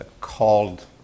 called